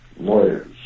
lawyers